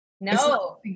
No